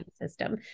system